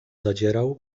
zadzierał